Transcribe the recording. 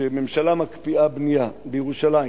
כשממשלה מקפיאה בנייה בירושלים